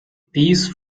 these